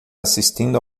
assistindo